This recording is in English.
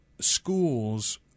schools